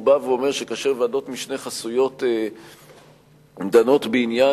הוא בא ואומר שכאשר ועדות משנה חסויות דנות בעניין,